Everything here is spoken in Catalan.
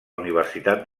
universitat